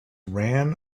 ran